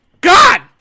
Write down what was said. God